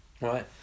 Right